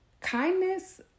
kindness